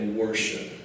worship